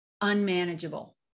unmanageable